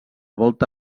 volta